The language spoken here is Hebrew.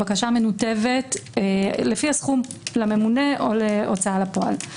הבקשה מנותבת לפי הסכום לממונה או להוצאה לפועל.